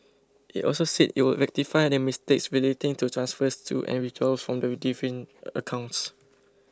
it also said it would rectify the mistakes relating to transfers to and withdrawals from the different accounts